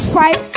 fight